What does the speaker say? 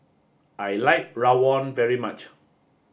I like Rawon very much